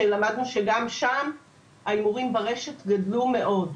שלמדנו שגם שם ההימורים ברשת גדלו מאוד.